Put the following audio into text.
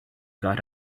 got